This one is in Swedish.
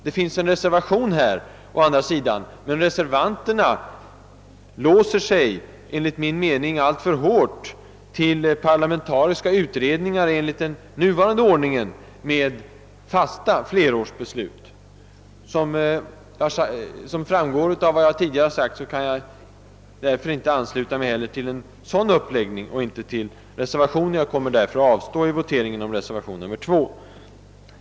Det finns en reservation i denna fråga, men reservanterna låser sig enligt min mening alltför hårt vid parlamentariska utredningar enligt den nuvarande ordningen med fasta flerårsbeslut. Såsom framgår av vad jag tidigare har anfört kan jag inte ansluta mig till en sådan uppläggning och således inte heller till reservationen. Jag kommer därför att avstå vid voteringen om reservationen 2.